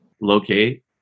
locate